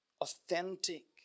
authentic